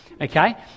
okay